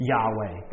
Yahweh